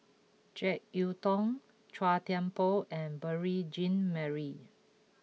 Jek Yeun Thong Chua Thian Poh and Beurel Jean Marie